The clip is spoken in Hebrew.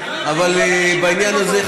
אבל בעניין הזה,